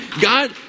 God